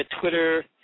Twitter